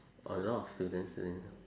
a lot of students sleeping